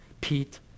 Pete